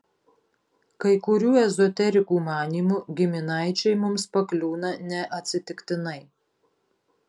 kai kurių ezoterikų manymu giminaičiai mums pakliūna ne atsitiktinai